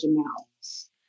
amounts